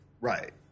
Right